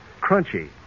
crunchy